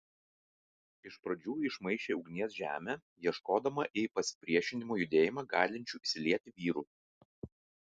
iš pradžių išmaišė ugnies žemę ieškodama į pasipriešinimo judėjimą galinčių įsilieti vyrų